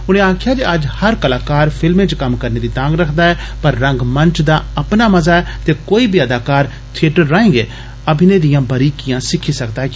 उने आक्खेआ जे अज्ज हर कलाकार फिल्में च कम्म करने दी तांग रखदा ऐ पर रंगमंच दा अपना मजा ऐ ते कोई बी अदाकार थियेटर राएं गै अभिनय दियां बरीकियां सिखी सकदा ऐ